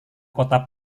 kota